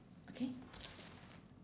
okay